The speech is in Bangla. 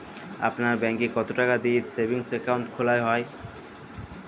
আপনার ব্যাংকে কতো টাকা দিয়ে সেভিংস অ্যাকাউন্ট খোলা হয়?